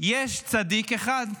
יש צדיק אחד: